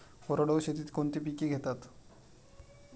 कोरडवाहू शेतीत कोणती पिके घेतात?